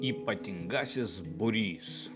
ypatingasis būrys